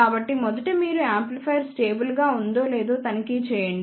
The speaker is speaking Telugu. కాబట్టి మొదట మీరు యాంప్లిఫైయర్ స్టేబుల్ గా ఉందో లేదో తనిఖీ చేయండి